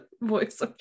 voice